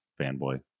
fanboy